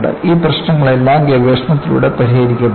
ഈ പ്രശ്നങ്ങളെല്ലാം ഗവേഷണത്തിലൂടെ പരിഹരിക്കപ്പെടുന്നു